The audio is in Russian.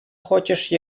хочешь